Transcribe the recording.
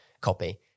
copy